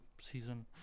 season